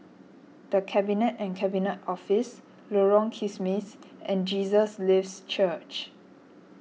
the Cabinet and Cabinet Office Lorong Kismis and Jesus Lives Church